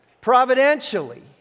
providentially